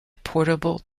portable